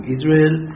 Israel